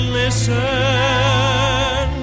listen